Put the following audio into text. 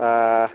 ہاں